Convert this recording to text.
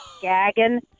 gagging